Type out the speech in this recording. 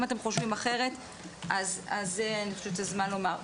אם אתם חושבים אחרת, אני חושבת שזה הזמן לומר.